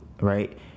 right